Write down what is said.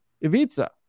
Ivica